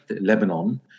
Lebanon